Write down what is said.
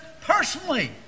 personally